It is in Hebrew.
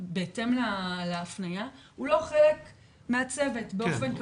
בהתאם להפניה, הוא לא חלק מהצוות באופן קבוע.